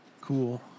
Cool